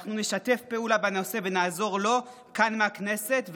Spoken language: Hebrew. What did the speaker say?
אנחנו נשתף פעולה בנושא ונעזור לו כאן מהכנסת,